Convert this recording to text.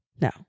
No